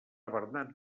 bernat